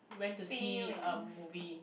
went to see a movie